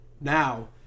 Now